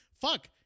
fuck